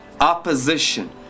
Opposition